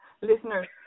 listeners